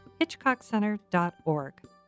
hitchcockcenter.org